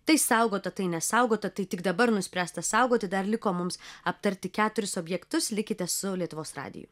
tai saugota tai nesaugota tai tik dabar nuspręsta saugoti dar liko mums aptarti keturis objektus likite su lietuvos radiju